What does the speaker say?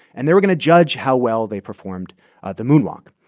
and they were going to judge how well they performed the moonwalk.